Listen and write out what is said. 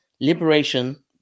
liberation